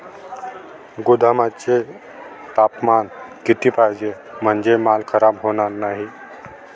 गोदामाचे तापमान किती पाहिजे? म्हणजे माल खराब होणार नाही?